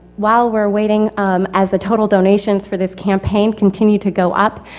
while we're waiting um as the total donations for this campaign continue to go up,